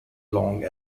long